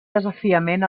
desafiament